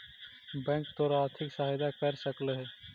bank तोर आर्थिक सहायता कर सकलो हे